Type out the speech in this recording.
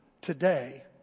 today